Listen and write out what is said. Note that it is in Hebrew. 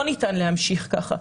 לא ניתן להמשיך כך.